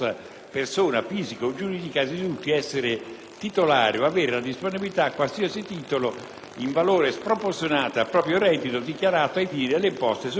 titolare o avere la disponibilità a qualsiasi titolo in valore sproporzionato al proprio reddito, dichiarato ai fini delle imposte sul reddito, o alla propria attività economica».